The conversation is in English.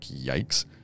Yikes